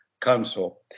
Council